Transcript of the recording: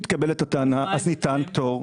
אם מתקבלת הטענה ניתן פטור.